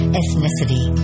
ethnicity